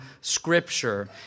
Scripture